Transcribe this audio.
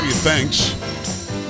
thanks